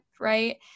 right